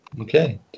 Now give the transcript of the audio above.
Okay